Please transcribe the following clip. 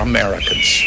Americans